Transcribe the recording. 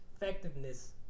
effectiveness